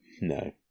No